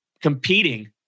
competing